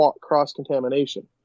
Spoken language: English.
cross-contamination